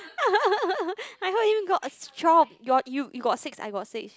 I heard him got twelive you got six I got six